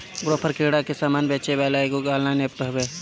Grofer किरणा के सामान बेचेवाला एगो ऑनलाइन एप्प हवे